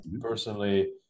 personally